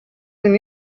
than